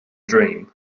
dream